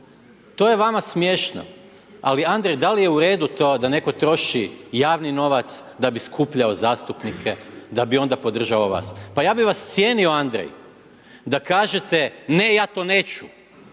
to je vama smiješno? Ali Andrej da li je u redu to da netko troši javni novac da bi skupljao zastupnike, da bi onda podržavao vas? Pa ja bih vas cijenio Andrej da kažete ne, ja to neću,